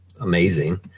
amazing